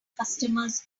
customers